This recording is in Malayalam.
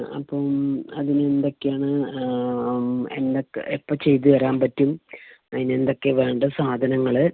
അപ്പം അതിനെന്തൊക്കെയാണ് എന്തൊക്കെ എപ്പം ചെയ്ത് തരാൻ പറ്റും അതിനെന്തൊക്കെയാണ് വേണ്ടത് സാധനങ്ങൾ